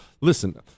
Listen